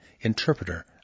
Interpreter